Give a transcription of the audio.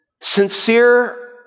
sincere